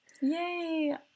Yay